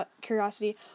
Curiosity